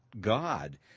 God